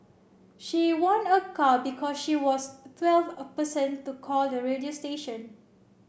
she won a car because she was twelfth a person to call the radio station